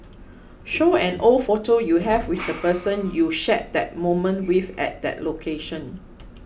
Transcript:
show an old photo you have with the person you shared that moment with at that location